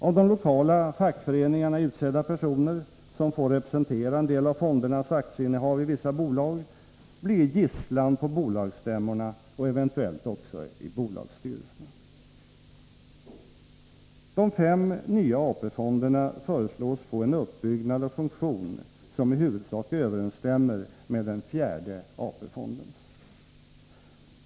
Av de lokala fackföreningarna utsedda personer, som får representera en del av fondernas aktieinnehav i vissa bolag, blir gisslan på bolagsstämmorna och eventuellt också i bolagsstyrelserna. De fem nya AP-fonderna föreslås få en uppbyggnad och funktion som i huvudsak överensstämmer med den fjärde AP-fondens.